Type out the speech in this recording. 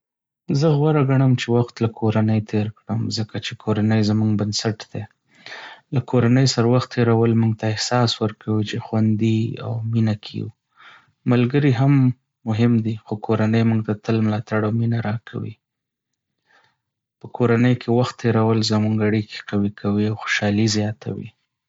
زه غوره ګڼم چې وخت له کورنۍ تیر کړم ځکه چې کورنۍ زموږ بنسټ دی. له کورنۍ سره وخت تیرول موږ ته احساس ورکوي چې خوندي او مینه کې یو. ملګري هم مهم دي، خو کورنۍ موږ ته تل ملاتړ او مینه راکوي. په کورنۍ کې وخت تیرول زموږ اړیکې قوي کوي او خوشحالۍ زیاتوي.